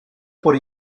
por